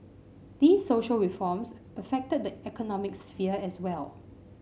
these social reforms affect the economic sphere as well